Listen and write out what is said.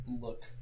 Look